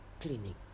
cleaning